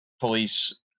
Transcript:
police